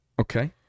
Okay